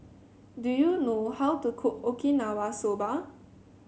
do you know how to cook Okinawa Soba